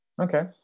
Okay